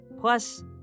Plus